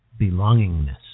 belongingness